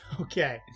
Okay